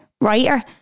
writer